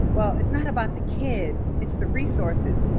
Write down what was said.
well, it's not about the kids, it's the resources.